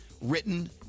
written